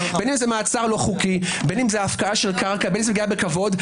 בין אם זה מעצר לא חוקי או הפקעת קרקע או פגיעה בכבוד,